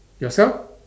yourself